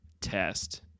test